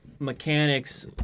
mechanics